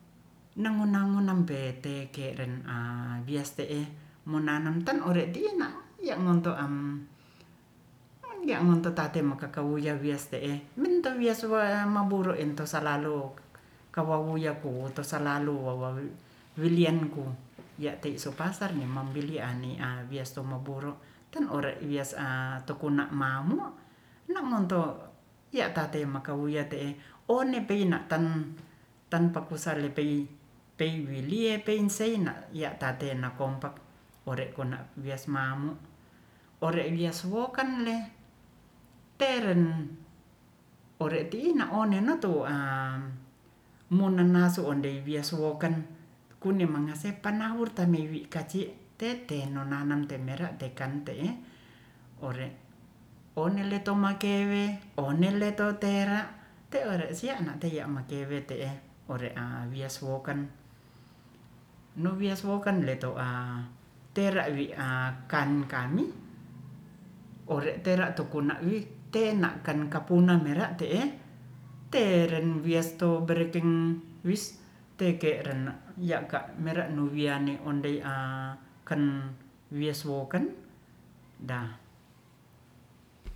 Nango nango nong pete kere awias te'e monanam tan ore tina ya moto am tiamo tatim mokakau yen wias te'e winta wias wa maboro ento salalu kawawuya ku to salalu wilian ku ya ti supasar ne mambilian ani a wiaso maboro tan ore wias a tu kuna mamu no monto ya tate makauya te'e one pina ten ten paku sa lepei pei le wie lie peiseina ya tate nakompa ore kona wias mamu ore wias wookan le teren ore tina oneno tiu a monenasu ondei wias wokan kuni mangase panaur tamiwi kace tete nonanam te mera tekan te e ore one leto makewe one leto tera tera siana tea makewe te'e ore a wias wokan wong wias wokan le to a terawi a kan kamiore tera to kona wi tena ka kan kapuna wera te''e teren wias to berekeng wis teke ren ya ka wera wiane ondei ken wias woken